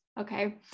Okay